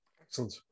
Excellent